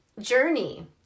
journey